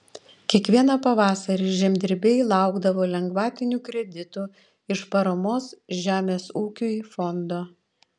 kiekvieną pavasarį žemdirbiai laukdavo lengvatinių kreditų iš paramos žemės ūkiui fondo